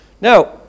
Now